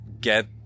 get